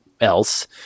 else